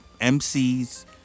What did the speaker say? MCs